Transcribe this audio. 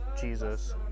Jesus